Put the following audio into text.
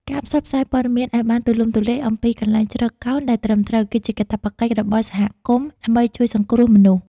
ការផ្សព្វផ្សាយព័ត៌មានឱ្យបានទូលំទូលាយអំពីកន្លែងជ្រកកោនដែលត្រឹមត្រូវ គឺជាកាតព្វកិច្ចរបស់សហគមន៍ដើម្បីជួយសង្គ្រោះមនុស្ស។